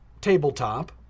tabletop